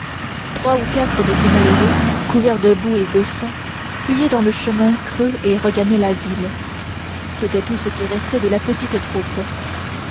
trois ou quatre de ces malheureux couverts de boue et de sang fuyaient dans le chemin creux et regagnaient la ville c'était tout ce qui restait de la petite troupe